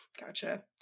Gotcha